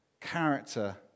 character